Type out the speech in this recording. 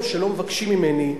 שלא מבקשים ממני,